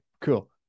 cool